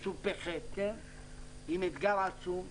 מסובכת, עם אתגר עצום,